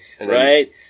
Right